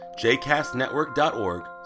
jcastnetwork.org